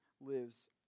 lives